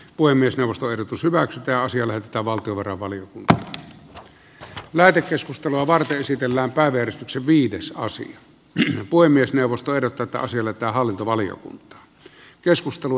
voi myös nostoehdotus hyväksytään sille että valtiovarainvaliokunta oli lähetekeskustelua varten esitellään päiväkeskuksen viides aasi niin voi myös neuvosto erotetaan sille että arvoisa puhemies